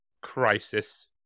crisis